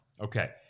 Okay